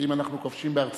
כי אם אנחנו כובשים בארצנו,